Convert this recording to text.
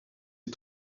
est